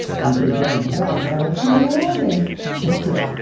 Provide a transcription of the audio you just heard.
and so, getting to that, now that's getting a little advanced but still,